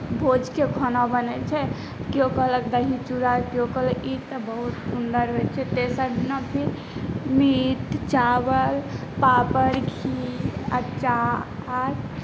भोजके खाना बनै छै किओ कहलक दही चूड़ा किओ कहलक ई बहुत तऽ सुन्दर होइ छै तेसर दिना फेर मीट चावल पापड़ घी अचार